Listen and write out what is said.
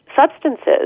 substances